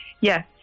yes